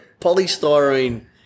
Polystyrene